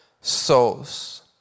souls